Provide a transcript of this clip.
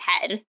head